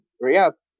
React